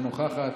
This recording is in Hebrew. אינה נוכחת,